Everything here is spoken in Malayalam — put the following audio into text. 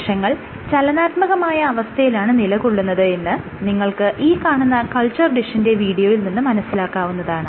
കോശങ്ങൾ ചലനാത്മകമായ അവസ്ഥയിലാണ് നിലകൊള്ളുന്നത് എന്ന് നിങ്ങൾക്ക് ഈ കാണുന്ന കൾച്ചർ ഡിഷിന്റെ വീഡിയോയിൽ നിന്നും മനസ്സിലാക്കാവുന്നതാണ്